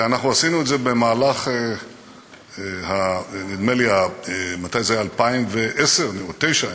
אנחנו עשינו את זה במהלך 2009 או 2010,